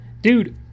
Dude